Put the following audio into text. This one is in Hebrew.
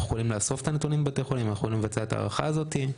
אנחנו יכולים לאסוף את הנתונים מבתי החולים ולבצע את ההערכה הזו.